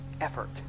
effort